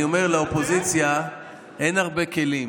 כי אני אומר, לאופוזיציה אין הרבה כלים.